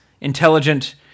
intelligent